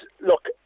look